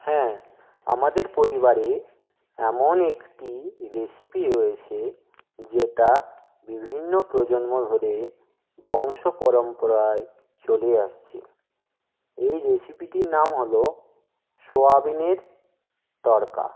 হ্যাঁ আমাদের পরিবারে এমন একটি রেসিপি রয়েছে যেটা বিভিন্ন প্রজন্ম ধরে বংশ পরম্পরায় চলে আসছে এই রেসিপিটির নাম হলো সোয়াবিনের তরকা